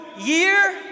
Year